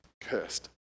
Cursed